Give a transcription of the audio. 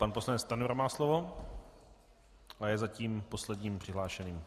Pan poslanec Stanjura má slovo a je zatím posledním přihlášeným.